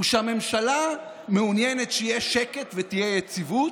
על חינוך אל תדבר.